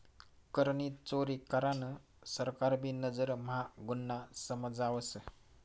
करनी चोरी करान सरकार भी नजर म्हा गुन्हा समजावस